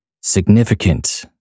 significant